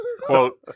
quote